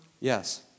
Yes